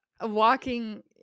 walking